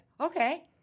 Okay